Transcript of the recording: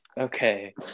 Okay